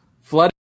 Flood